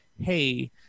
hey